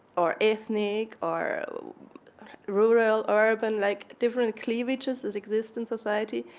or ethnic or royal or urban, like different cleavages that exist in society,